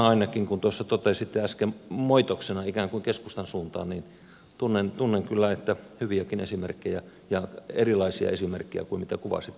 kun totesitte äsken moitoksena ikään kuin keskustan suuntaan niin tunnen kyllä että löytyy hyviäkin esimerkkejä ja erilaisia esimerkkejä kuin mitä kuvasitte